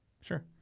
Sure